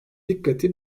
dikkati